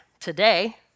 Today